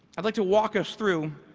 i'd like to walk us through